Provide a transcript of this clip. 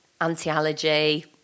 anti-allergy